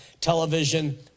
television